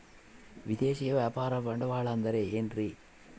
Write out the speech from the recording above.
ವಿದೇಶಿಯ ವ್ಯಾಪಾರ ಬಂಡವಾಳ ಅಂದರೆ ಏನ್ರಿ?